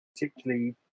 particularly